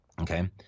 okay